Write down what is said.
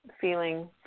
feeling